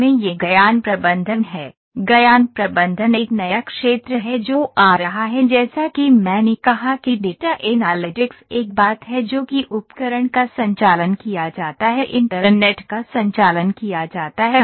यह ज्ञान प्रबंधन है ज्ञान प्रबंधन एक नया क्षेत्र है जो आ रहा है जैसा कि मैंने कहा कि डेटा एनालिटिक्स एक बात है जो कि उपकरण का संचालन किया जाता है इंटरनेट का संचालन किया जाता है IOT